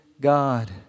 God